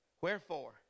Wherefore